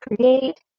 create